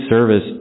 service